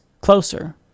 closer